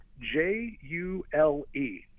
J-U-L-E